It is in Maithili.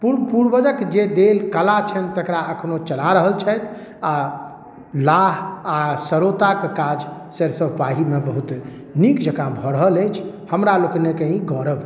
पूर्व पूर्वजके जे देल कला छनि तकरा अखनो चला रहल छथि आओर लाह आओर सरौताके काज सरिसब पाहीमे बहुत नीक जकाँ भऽ रहल अछि हमरा लोकैनक ई गौरव अछि